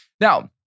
Now